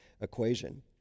equation